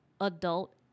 adult